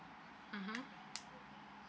mmhmm